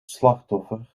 slachtoffer